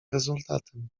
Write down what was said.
rezultatem